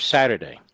Saturday